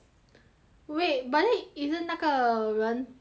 wait but then isn't 那个人他的朋友